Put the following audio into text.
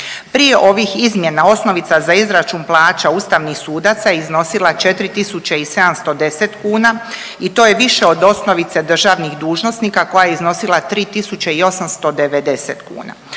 Prije ovih izmjena osnovica za izračun plaća ustavnih sudaca iznosila 4710 kuna i to je više od osnovice državnih dužnosnika koja je iznosila 3890 kuna.